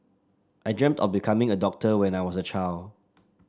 I dreamt of becoming a doctor when I was a child